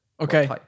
Okay